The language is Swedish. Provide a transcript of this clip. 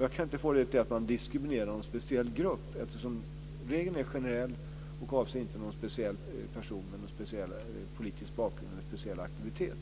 Jag kan inte få det till att man diskriminerar någon speciell grupp. Regeln är generell och avser inte någon speciell person med politisk bakgrund eller speciell aktivitet.